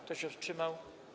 Kto się wstrzymał?